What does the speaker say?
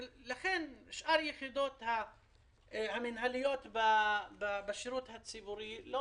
שאר יחידות המינהליות בשירות הציבורי לא